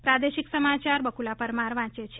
પ્રાદેશિક સમાચાર બકુલા પરમાર વાંચે છે